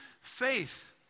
faith